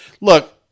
Look